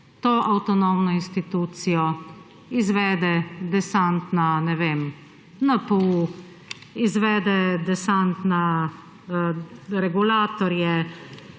to avtonomno institucijo, izvede desant na NPU, izvede desant na regulatorje,